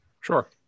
Sure